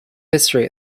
history